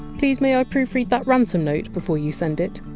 please may i proofread that ransom note before you send it?